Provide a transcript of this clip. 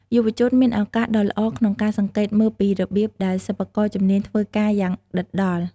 យុវជនមានឱកាសដ៏ល្អក្នុងការសង្កេតមើលពីរបៀបដែលសិប្បករជំនាញធ្វើការ យ៉ាងដិតដល់។